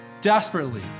desperately